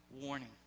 warning